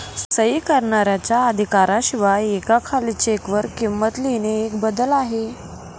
सही करणाऱ्याच्या अधिकारा शिवाय एका खाली चेक वर किंमत लिहिणे एक बदल आहे